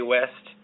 West